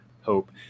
hope